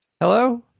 Hello